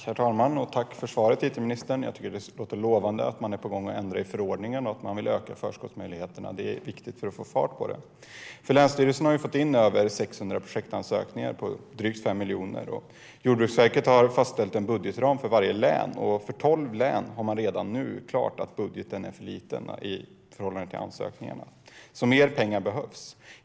Herr talman! Tack, it-ministern, för svaret! Jag tycker att det låter lovande att man är på väg att ändra i förordningen och att man vill öka förskottsmöjligheterna. Det är viktigt för att få fart på detta. Länsstyrelserna har fått in över 600 projektansökningar på drygt 5 miljoner. Jordbruksverket har fastställt en budgetram för varje län. För tolv län har man redan nu gjort klart att budgeten är för liten i förhållande till ansökningarna. Mer pengar behövs alltså.